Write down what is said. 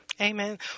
Amen